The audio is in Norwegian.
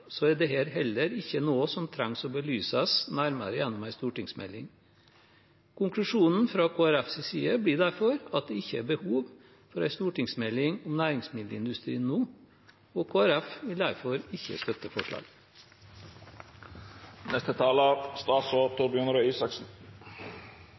heller ikke noe som trengs å belyses nærmere gjennom en stortingsmelding. Konklusjonen fra Kristelig Folkepartis side blir derfor at det ikke er behov for en stortingsmelding om næringsmiddelindustrien nå. Kristelig Folkeparti vil derfor ikke støtte forslaget.